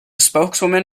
spokeswoman